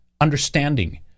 understanding